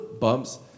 bumps